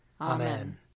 Amen